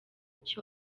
icyo